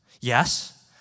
Yes